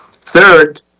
Third